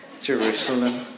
Jerusalem